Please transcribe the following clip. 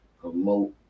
promote